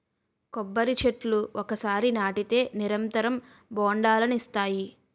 కొబ్బరి చెట్లు ఒకసారి నాటితే నిరంతరం బొండాలనిస్తాయి